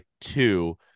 two